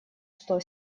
что